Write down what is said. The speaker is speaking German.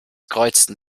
kreuzten